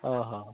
ଓଃ